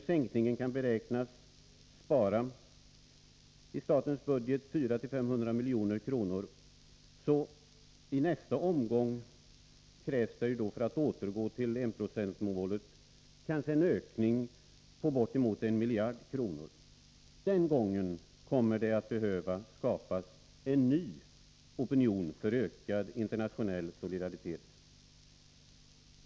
Sänkningen kan beräknas spara 400-500 milj.kr. i statens budget. För att i nästa omgång återgå till enprocentsmålet kommer det kanske att krävas en ökning på bortemot en miljard. Den gången kommer det att behöva skapas en ny opinion för ökad internationell solidaritet.